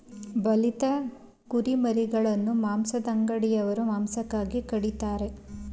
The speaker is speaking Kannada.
ಬಲಿತ ಕುರಿಮರಿಗಳನ್ನು ಮಾಂಸದಂಗಡಿಯವರು ಮಾಂಸಕ್ಕಾಗಿ ಕಡಿತರೆ